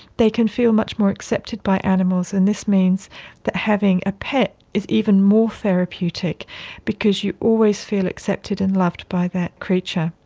they can feel much more accepted by animals, and this means that having a pet is even more therapeutic because you always feel accepted and loved by that creature.